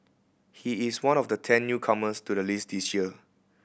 he is one of the ten newcomers to the list this year